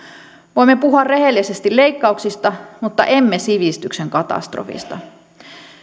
voimme puhua rehellisesti leikkauksista mutta emme sivistyksen katastrofista